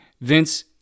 Vince